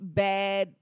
bad